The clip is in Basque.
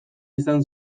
izan